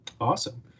awesome